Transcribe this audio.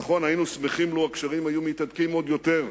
נכון, היינו שמחים לו התהדקו הקשרים עוד יותר,